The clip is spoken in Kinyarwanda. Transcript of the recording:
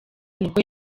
nibwo